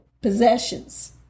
possessions